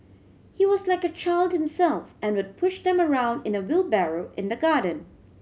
he was like a child himself and would push them around in a wheelbarrow in the garden